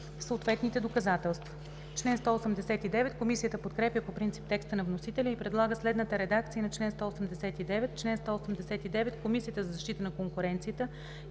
съответните доказателства.“ Комисията подкрепя по принцип текста на вносителя и предлага следната редакция на чл. 189: „Чл. 189. Комисията за защита на конкуренцията